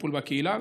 טיפול בקהילה,